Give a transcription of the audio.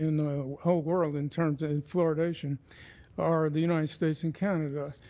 you know whole world in terms of fluoridation are the united states and canada.